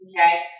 Okay